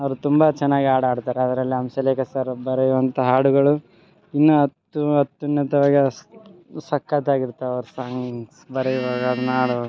ಅವ್ರು ತುಂಬ ಚೆನ್ನಾಗ್ ಹಾಡ್ ಹಾಡ್ತಾರೆ ಅದರಲ್ಲಿ ಹಂಸಲೇಖ ಸರ್ ಬರೆಯುವಂಥ ಹಾಡುಗಳು ಇನ್ನು ಹತ್ತು ಹತ್ತನೇ ತರಗತಿ ಸಕ್ಕತಾಗಿರುತ್ತೆ ಅವ್ರ ಸಾಂಗ್ಸ್ ಬರೆಯುವಾಗ ಅದನ್ನಾರು